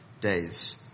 days